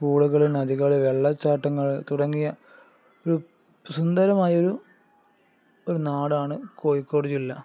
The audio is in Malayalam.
പൂളുകള് നദികള് വെള്ളച്ചാട്ടങ്ങള് തുടങ്ങിയ ഒരു സുന്ദരമായൊരു ഒരു നാടാണ് കോഴിക്കോട് ജില്ല